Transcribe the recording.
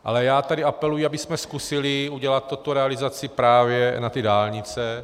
Ale já tady apeluji, abychom zkusili udělat tuto realizaci právě na ty dálnice.